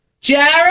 Jared